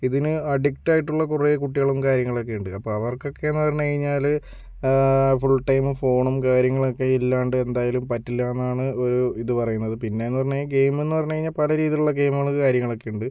ഇതിന് അഡിക്റ്റ് ആയിട്ടുള്ള കുറേ കുട്ടികളും കാര്യങ്ങളൊക്കെ ഉണ്ട് അപ്പോൾ അവർക്കൊക്കെയെന്ന് പറഞ്ഞ് കഴിഞ്ഞാല് ഫുൾ ടൈമും ഫോണും കാര്യങ്ങളൊക്കെ ഇല്ലാണ്ട് എന്തായാലും പറ്റില്ല എന്നാണ് ഒരു ഇത് പറയുന്നത് പിന്നെയെന്ന് പറഞ്ഞാൽ ഈ ഗെയിമെന്ന് പറഞ്ഞ് കഴിഞ്ഞാൽ പല രീതിയിലുള്ള ഗെയിമുകള് കാര്യങ്ങളൊക്കെ ഉണ്ട്